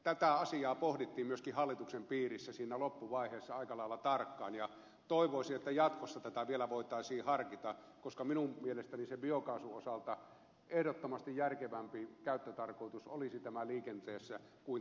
tätä asiaa pohdittiin myöskin hallituksen piirissä siinä loppuvaiheessa aika lailla tarkkaan ja toivoisin että jatkossa tätä vielä voitaisiin harkita koska minun mielestäni biokaasun ehdottomasti järkevämpi käyttötarkoitus olisi liikenteessä kuin tässä sähköntuotannossa